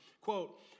Quote